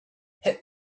hit